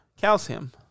Calcium